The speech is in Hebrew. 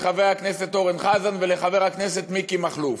לחבר הכנסת אורן חזן ולחבר הכנסת מיקי מכלוף,